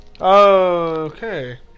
Okay